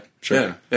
sure